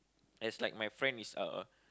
as like my friend is a